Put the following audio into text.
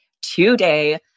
today